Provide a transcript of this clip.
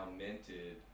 minted